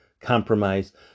compromise